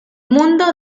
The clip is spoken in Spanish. mundo